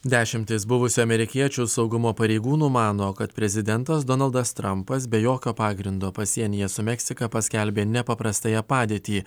dešimtys buvusių amerikiečių saugumo pareigūnų mano kad prezidentas donaldas trampas be jokio pagrindo pasienyje su meksika paskelbė nepaprastąją padėtį